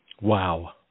Wow